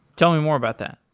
tell me more about that.